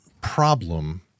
problem